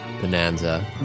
Bonanza